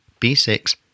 B6